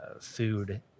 food